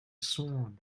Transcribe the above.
swan